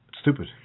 Stupid